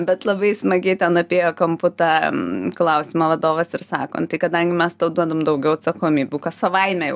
bet labai smagiai ten apėjo kampu tą klausimą vadovas ir sako nu tai kadangi mes tau duodam daugiau atsakomybių kas savaime jau